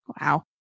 Wow